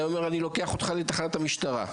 הוא היה אומר: אני לוקח אותך לתחנת המשטרה.